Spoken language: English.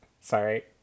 Sorry